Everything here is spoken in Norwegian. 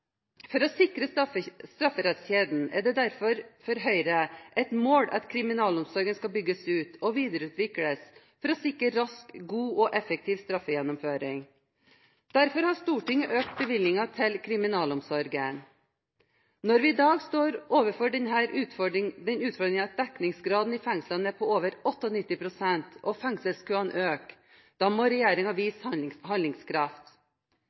For å sikre strafferettskjeden er det derfor for Høyre et mål at kriminalomsorgen skal bygges ut og videreutvikles for å sikre rask, god og effektiv straffegjennomføring. Derfor har Stortinget økt bevilgningen til kriminalomsorgen. Når vi i dag står overfor den utfordringen at dekningsgraden i fengslene er på over 98 pst., og fengselskøene øker, må regjeringen vise handlingskraft.